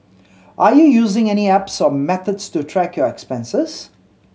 are you using any apps or methods to track your expenses